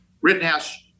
Rittenhouse